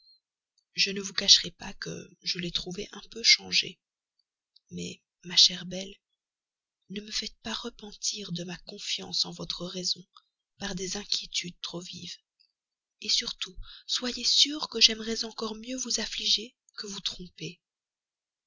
je ne vous cacherai pas que je l'ai trouvé un peu changé mais ma chère belle ne me faites pas repentir de ma confiance en votre raison par des inquiétudes trop vives surtout soyez sûre que j'aimerais encore mieux vous affliger que vous tromper